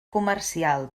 comercial